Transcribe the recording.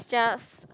just